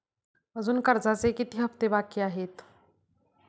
अजुन कर्जाचे किती हप्ते बाकी आहेत?